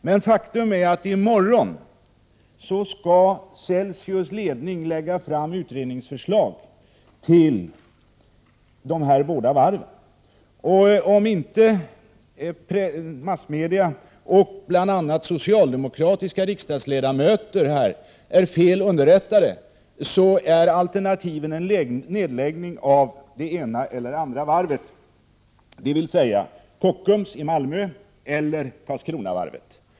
Men faktum är att Celsius ledning i morgon skall lägga fram ett utredningsförslag till dessa båda varv. Om inte massmedia och bl.a. socialdemokratiska riksdagsledamöter är felunderrättade är alternativet en nedläggning av det ena eller det andra varvet, dvs. Kockums i Malmö eller Karlskronavarvet.